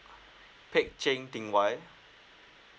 phaik cheng ting wai